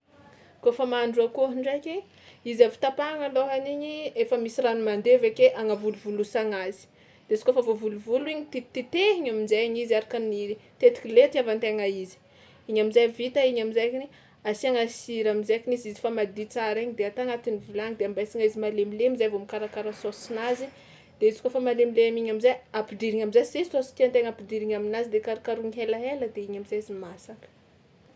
Kaofa mahandro akôho ndraiky izy avy tapahagna lôhany igny efa misy rano mandevy ake agnavolovolosagna azy de izy kaofa voavolovolo igny titititehigna amin-jainy izy araka ny tetika le itiavan-tegna izy, igny am'zay vita igny am'zay zany asiagna sira am'zaikiny izy fa madio tsara igny de ata agnatin'ny vilagny de ambesagna izy malemilemy zay vao mikarakara saosinazy de izy kaofa malemilemy igny am'zay, ampidirigna am'zay zay saosy tian-tegna ampidirigna aminazy de karokarohina helahela de igny am'zay izy masaka.